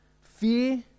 Fear